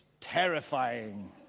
terrifying